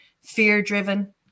fear-driven